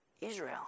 Israel